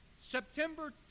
September